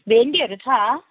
भेन्डीहरू छ